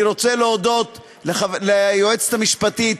אני רוצה להודות ליועצת המשפטית,